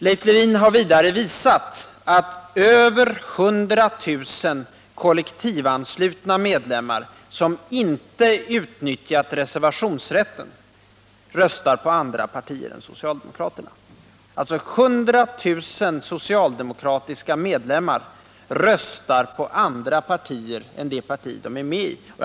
Leif Lewin har vidare visat att över 100 000 kollektivanslutna medlemmar som inte utnyttjat reservationsrätten röstar på andra partier än det socialdemokratiska. 100 000 socialdemokratiska medlemmar röstar alltså på andra partier än det parti de är medlemmar i.